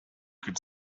could